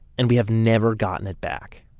and we have never gotten it back.